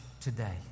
today